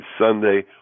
Sunday